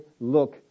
look